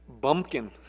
bumpkin